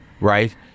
right